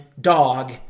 dog